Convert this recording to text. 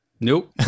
Nope